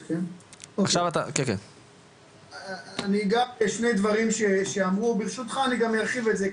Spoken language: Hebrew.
אני אגע בשני דברים שאמרו וברשותך אני גם ארחיב את זה,